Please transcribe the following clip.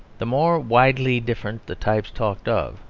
the more widely different the types talked of,